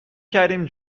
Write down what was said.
کردیم